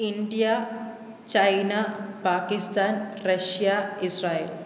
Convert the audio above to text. India China Pakistan Russia Israel